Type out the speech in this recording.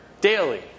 daily